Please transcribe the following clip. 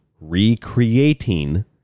recreating